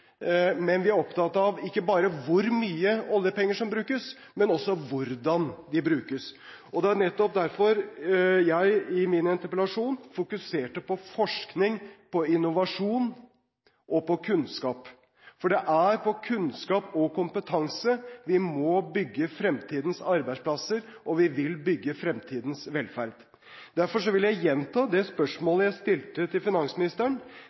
men vi er opptatt av ikke bare hvor mye oljepenger som brukes, men også hvordan de brukes. Det er nettopp derfor jeg i min interpellasjon fokuserte på forskning, på innovasjon og på kunnskap, for det er på kunnskap og kompetanse vi må bygge fremtidens arbeidsplasser, og vi vil bygge fremtidens velferd. Derfor vil jeg gjenta det spørsmålet jeg stilte til finansministeren,